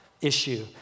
issue